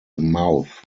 mouth